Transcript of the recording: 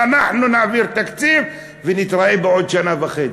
אנחנו נעביר תקציב ונתראה בעוד שנה וחצי,